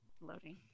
loading